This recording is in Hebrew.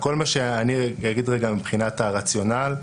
אני אגיד רגע מבחינת הרציונל.